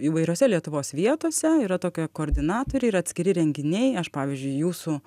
įvairiose lietuvos vietose yra tokia koordinatorė ir atskiri renginiai aš pavyzdžiui jūsų